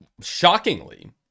shockingly